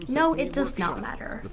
no, it does not matter.